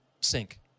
sink